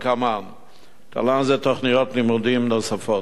תל"ן זה תוכניות לימודים נוספות,